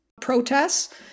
protests